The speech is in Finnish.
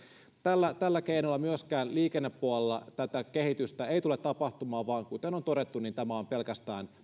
tällä tällä keinolla myöskään liikennepuolella tätä kehitystä ei tule tapahtumaan vaan kuten on todettu tämä on pelkästään